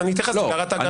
אז התייחסתי להערת האגב שלך.